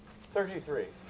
thirty three.